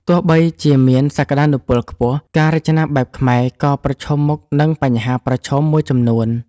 ទោះបីជាមានសក្តានុពលខ្ពស់ ការរចនាបែបខ្មែរក៏ប្រឈមមុខនឹងបញ្ហាប្រឈមមួយចំនួន។